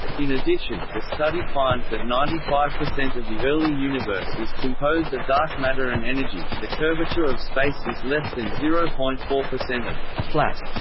in addition, the study finds that ninety five percent of the early universe is composed of dark matter and energy, the curvature of space is less than zero point four percent of flat,